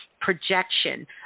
projection